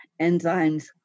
enzymes